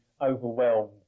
overwhelmed